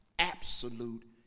absolute